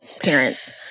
parents